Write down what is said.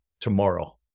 tomorrow